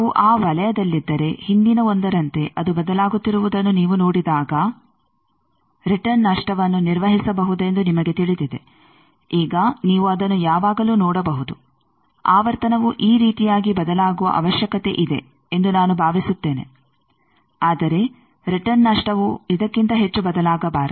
ಅವು ಆ ವಲಯದಲ್ಲಿದ್ದರೆ ಹಿಂದಿನ 1ರಂತೆ ಅದು ಬದಲಾಗುತ್ತಿರುವುದನ್ನು ನೀವು ನೋಡಿದಾಗ ರಿಟರ್ನ್ ನಷ್ಟವನ್ನು ನಿರ್ವಹಿಸಬಹುದೆಂದು ನಿಮಗೆ ತಿಳಿದಿದೆ ಈಗ ನೀವು ಅದನ್ನು ಯಾವಾಗಲೂ ನೋಡಬಹುದು ಆವರ್ತನವು ಈ ರೀತಿಯಾಗಿ ಬದಲಾಗುವ ಅವಶ್ಯಕತೆಯಿದೆ ಎಂದು ನಾನು ಭಾವಿಸುತ್ತೇನೆ ಆದರೆ ರಿಟರ್ನ್ ನಷ್ಟವು ಇದಕ್ಕಿಂತ ಹೆಚ್ಚು ಬದಲಾಗಬಾರದು